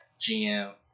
GM